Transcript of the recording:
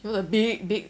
you know the big big